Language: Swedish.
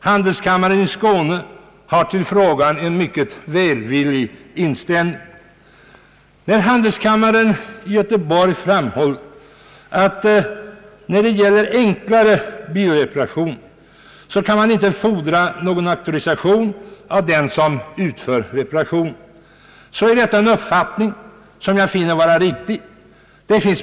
Handelskammaren i Skåne har en mycket välvillig inställning till motionerna, och när handelskammaren i Göteborg framhåller att man inte kan fordra någon auktorisation av den som utför enklare bilreparationer så är detta en uppfattning som jag finner vara riktig.